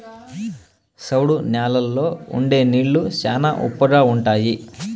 సౌడు న్యాలల్లో ఉండే నీళ్లు శ్యానా ఉప్పగా ఉంటాయి